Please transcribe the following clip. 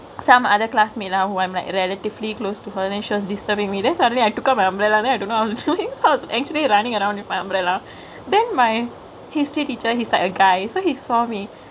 some other classmate lah who I am relatively close to her then she was disturbingk me then suddenly I took out my umbrella then I don't know what I was doingk so I was actually runningk around with my umbrella then my history teacher he's like a guy so he saw me